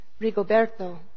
Rigoberto